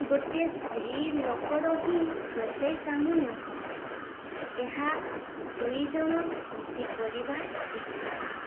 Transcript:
ଗୋଟିଏ ସ୍ତ୍ରୀ ଲୋକର ହିଁ ରୋଷେଇ କାମ ନୁହଁ ଏହା ଦୁଇଜଣ ମିଶିକି କରିବା ଉଚିତ୍